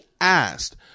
asked